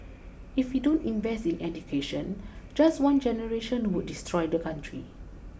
if we don't invest in education just one generation would destroy the country